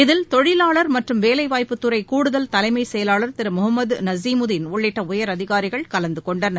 இதில் தொழிலாளர் மற்றும் வேலைவாய்ப்புத்துறைகூடுதல் தலைமைச் செயலாளர் திருமுகமதுநசிமுதீன் உள்ளிட்டஉயர் அதிகாரிகள் கலந்துகொண்டனர்